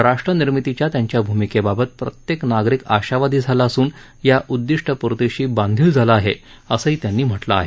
राष्ट्रनिर्मितीच्या त्यांच्या भूमिकेबाबत प्रत्येक नागरिक आशावादी झाला असून या उद्दिष्टपूर्तीशी बांधील झाला आहे असंही त्यांनी म्हटलं आहे